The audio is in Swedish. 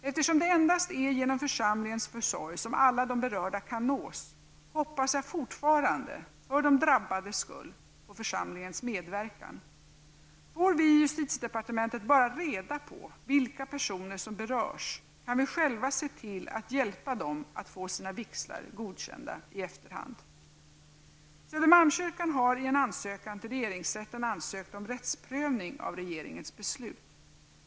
Eftersom det endast är genom församlingens försorg som alla de berörda kan nås, hoppas jag fortfarande, för de drabbades skull, på församlingens medverkan. Får vi i justitiedepartementet bara reda på vilka personer som berörs, kan vi själva se till att hjälpa dem att få sina vigslar godkända i efterhand. Södermalmskyrkan har i en ansökan till regeringsrätten ansökt om rättsprövning av regeringens beslut.